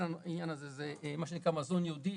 מה שנקרא "מזון ייעודי",